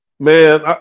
Man